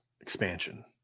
expansion